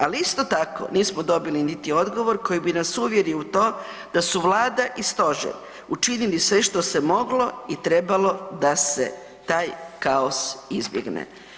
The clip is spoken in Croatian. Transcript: Ali isto tako, nismo dobili niti odgovor koji bi nas uvjerio u to da su Vlada i Stožer učinili sve što se moglo i trebalo da se taj kaos izbjegne.